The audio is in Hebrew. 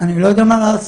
אני לא יודע מה לעשות.